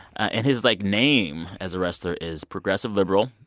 and his, like, name as a wrestler is progressive liberal,